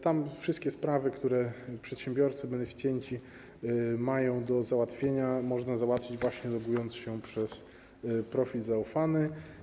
Tam wszystkie sprawy, które przedsiębiorcy, beneficjenci mają do załatwienia, można załatwić, logując się właśnie przez profil zaufany.